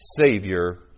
Savior